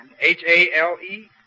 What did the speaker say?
H-A-L-E